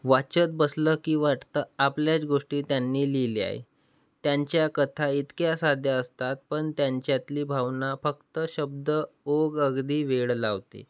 वाचत बसलं की वाटतं आपल्याच गोष्टी त्यांनी लिहिल्या आहेत त्यांच्या कथा इतक्या साध्या असतात पण त्यांच्यातली भावना फक्त शब्द ओघ अगदी वेळ लावते